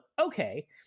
okay